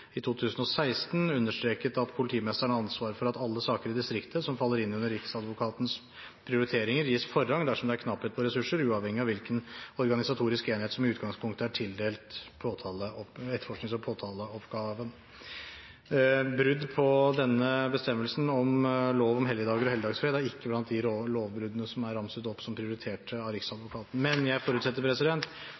i 2016 understreket at politimesterne har ansvaret for at alle saker i distriktet som faller inn under Riksadvokatens prioriteringer, gis forrang dersom det er knapphet på ressurser, uavhengig av hvilken organisatorisk enhet som i utgangspunktet er tildelt etterforsknings- og påtaleoppgaven. Brudd på denne bestemmelsen i lov om helligdager og helligdagsfred er ikke blant de lovbruddene som er ansett som prioritert opp av Riksadvokaten, men jeg forutsetter